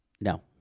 No